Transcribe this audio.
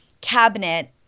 cabinet